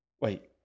Wait